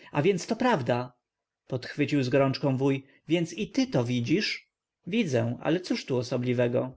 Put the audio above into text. ziarenko a więc to prawda podchwycił z gorączką wuj więc i ty to widzisz widzę ale cóż tu osobliwego